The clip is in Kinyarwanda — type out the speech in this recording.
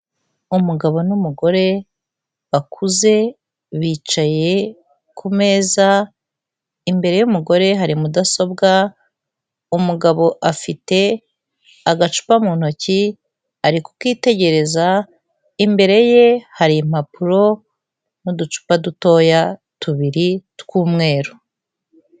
Umugabo n'umugore bakuze bicaye ku meza, imbere y'umugore hari mudasobwa, umugabo afite agacupa mu ntoki ari kukitegereza imbere ye hari impapuro n'uducupa dutoya tubiri tw'umweru.